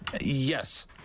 Yes